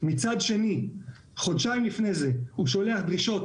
מצד שני חודשיים לפני זה הוא שולח דרישות